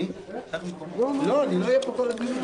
עדיין נמצאים במגבלות קורונה.